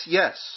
yes